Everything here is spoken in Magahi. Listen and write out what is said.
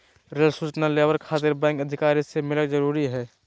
रेल सूचना लेबर खातिर बैंक अधिकारी से मिलक जरूरी है?